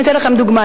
אתן לכם דוגמה.